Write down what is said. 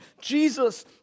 Jesus